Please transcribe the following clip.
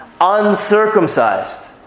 uncircumcised